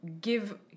give